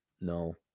No